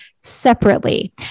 separately